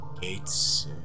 gates